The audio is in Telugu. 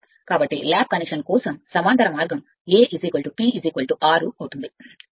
కాబట్టి ల్యాప్ కనెక్షన్ కోసం సమాంతర మార్గం A P 6 అవుతుంది